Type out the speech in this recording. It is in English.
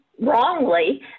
wrongly